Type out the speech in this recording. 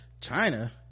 China